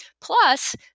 Plus